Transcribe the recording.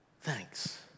Thanks